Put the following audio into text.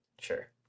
sure